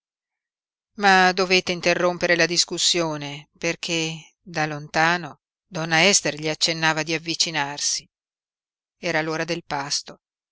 ma dovette interrompere la discussione perché da lontano donna ester gli accennava di avvicinarsi era l'ora del pasto